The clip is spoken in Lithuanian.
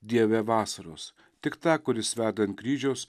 dieve vasaros tik tą kuris veda ant kryžiaus